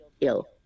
ill